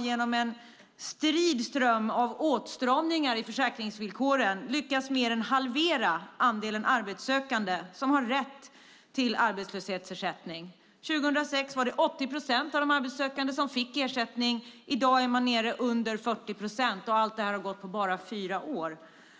Genom en strid ström av åtstramningar i försäkringsvillkoren har den borgerliga regeringen lyckats mer än halvera andelen arbetssökande som har rätt till arbetslöshetsersättning. År 2006 var det 80 procent av de arbetssökande som fick ersättning. I dag är man nere under 40 procent, och allt detta har gått på bara fyra år.